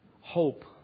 hope